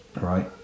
Right